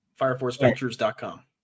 fireforceventures.com